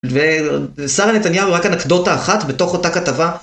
ושרה נתניהו הוא רק אנקדוטה אחת בתוך אותה כתבה.